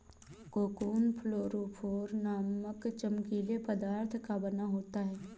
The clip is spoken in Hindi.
कोकून फ्लोरोफोर नामक चमकीले पदार्थ का बना होता है